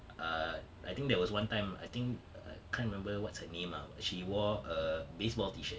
err I think there was one time I think err can't remember what's her name ah she wore a baseball T-shirt